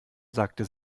sagte